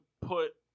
put